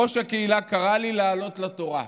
ראש הקהילה קרא לי לעלות לתורה.